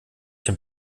den